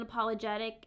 unapologetic